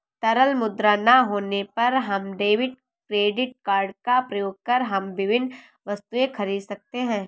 तरल मुद्रा ना होने पर हम डेबिट क्रेडिट कार्ड का प्रयोग कर हम विभिन्न वस्तुएँ खरीद सकते हैं